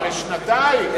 לשנתיים,